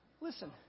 Listen